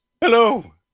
Hello